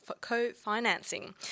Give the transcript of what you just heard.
co-financing